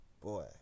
boy